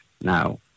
now